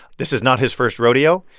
this is not his first rodeo.